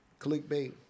Clickbait